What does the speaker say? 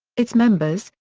its members,